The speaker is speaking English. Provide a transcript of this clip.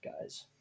guys